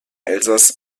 elsass